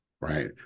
right